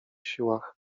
siłach